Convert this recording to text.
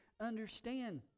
understand